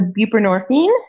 buprenorphine